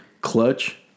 clutch